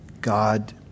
God